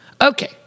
Okay